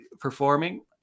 performing